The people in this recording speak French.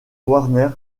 warner